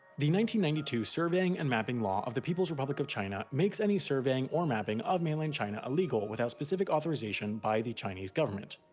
ninety ninety two surveying and mapping law of the people's republic of china makes any surveying or mapping of mainland china illegal without specific authorization by the chinese government.